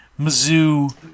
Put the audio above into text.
Mizzou